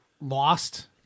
lost